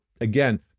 again